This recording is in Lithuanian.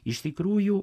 iš tikrųjų